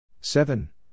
Seven